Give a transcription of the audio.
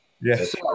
Yes